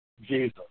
Jesus